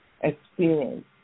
experience